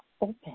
open